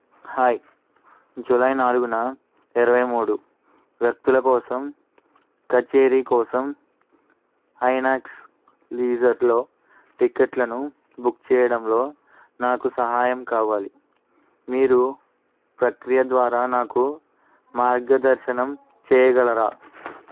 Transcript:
hi July నాలుగున ఇరవై మూడు వ్యక్తుల కోసం కచేరీ కోసం ఐనాక్స్ లీజర్లో టిక్కెట్లను బుక్ చేయడంలో నాకు సహాయం కావాలి మీరు ప్రక్రియ ద్వారా నాకు మార్గనిర్దేశం చేయగలరా